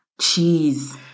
cheese